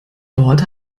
wort